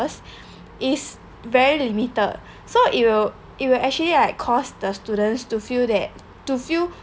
is very limited so it will it will actually like cause the students to feel that to feel